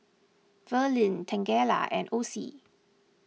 Verlin Tangela and Osie